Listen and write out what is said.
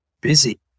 busy